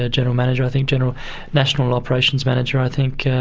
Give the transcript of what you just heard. ah general manager, i think, general national operations manager, i think,